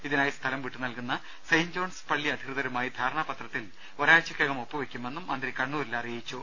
ഇതിനായി സ്ഥലം വിട്ടുനൽകുന്ന സെന്റ് ജോൺസ് പള്ളി അധികൃതരുമായി ധാരണാപത്രത്തിൽ ഒരാഴ്ചയ്ക്കകം ഒപ്പുവയ്ക്കുമെന്നും മന്ത്രി കണ്ണൂരിൽ അറിയിച്ചു